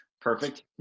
perfect